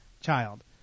child